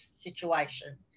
situation